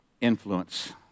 influence